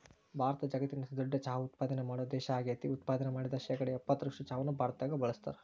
ಭಾರತ ಜಗತ್ತಿನ ಅತಿದೊಡ್ಡ ಚಹಾ ಉತ್ಪಾದನೆ ಮಾಡೋ ದೇಶ ಆಗೇತಿ, ಉತ್ಪಾದನೆ ಮಾಡಿದ ಶೇಕಡಾ ಎಪ್ಪತ್ತರಷ್ಟು ಚಹಾವನ್ನ ಭಾರತದಾಗ ಬಳಸ್ತಾರ